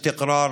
וביטחון.